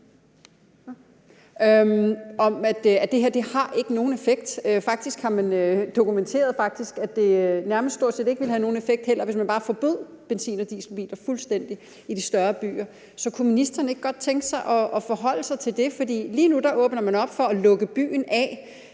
om, at det her ikke har nogen effekt. Faktisk har man dokumenteret, at det stort set heller ikke ville have nogen effekt, hvis man bare fuldstændig forbød benzin- og dieselbiler i de større byer. Så kunne ministeren ikke godt tænke sig at forholde sig til det? For lige nu åbner man op for at lukke byen af